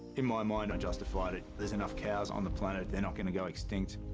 in my mind i justified it, there's enough cows on the planet. they're not gonna go extinct.